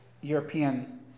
European